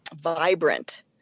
vibrant